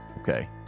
Okay